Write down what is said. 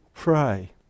pray